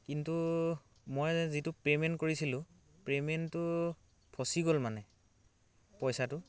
কিন্তু মই যিটো পে'মেণ্ট কৰিছিলোঁ পে'মেণ্টটো ফঁচি গ'ল মানে পইচাটো